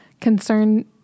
concern